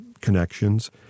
connections